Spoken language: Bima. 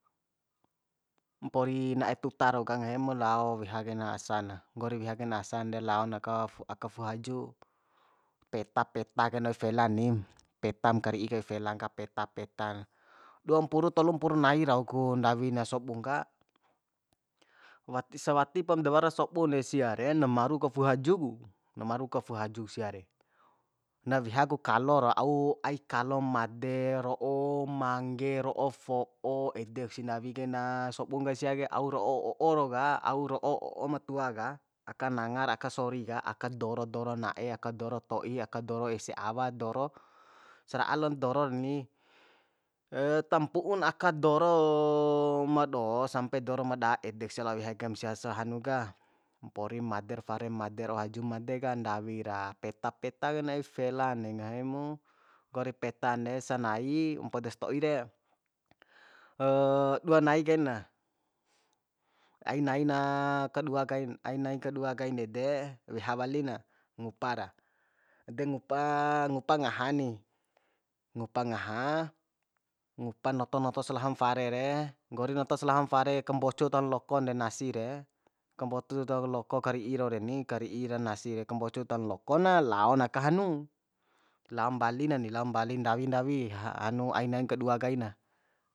Mpori na'e tuta rau ka ngahi mu lao weha kaina asa na nggori weha kain asan de laon aka aka fu'u haju peta peta kain oi felani petam kari'i kai oi felan ka peta peta na duam puru tolu mpuru nai rau ku ndawin sobun ka wati sawatipam da wara sobun de sia re na maru ka fu'u haju ku na maru ka fu'u hajuk sia re na weha ku kalo ra au ai kalo made ro'o mangge ro'o fo'o edek si ndawi kaina sobun ka sia ke au ro'o o'o rau ka au ro'o o'o ma tua ka aka nanga ra aka sori ka aka doro doro na'e aka doro to'i aka doro ese awa doro sara'a lon doro reni tampu'un aka doro ma do sampe doro ma da edek sia lao weha kaim sia sa hanu ka mpori mader fare mader ro'o haju made ka ndawi ra peta peta kain oi felan ngahi mu nggori petan de sanai ampo des to'i re dua nai kaina ainaina kadua kain ainain kadua kain ede weha wali na ngupa ra de ngupa ngupa ngaha ni ngupa ngaha ngupa noto noto slahon fare re nggori noto slahon fare kambocu taho lokon de nasi re kambocu taho loko kari'i rau reni kari'i ra nasi re kambocu tahon loko na laon aka hanu lao mbali na ni lao mbali ndawi ndawi hanu ainain ka dua kaina